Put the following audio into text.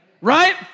Right